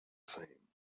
same